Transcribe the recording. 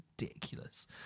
ridiculous